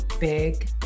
big